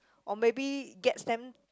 or maybe gets them